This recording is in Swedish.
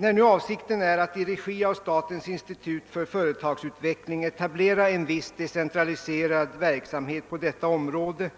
När nu avsikten är att i regi av statens institut för företagsutveckling etablera en viss decentraliserad verksamhet på detta område